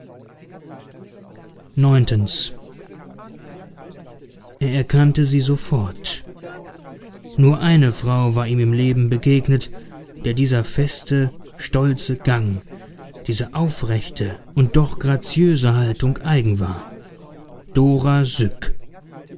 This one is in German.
er erkannte sie sofort nur eine frau war ihm im leben begegnet der dieser feste stolze gang diese aufrechte und doch graziöse haltung eigen war dora syk